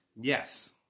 Yes